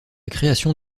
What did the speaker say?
création